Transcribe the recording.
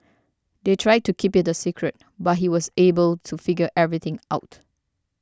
they tried to keep it a secret but he was able to figure everything out